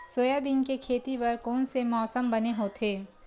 Soybean के खेती बर कोन से मौसम बने होथे?